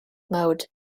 mode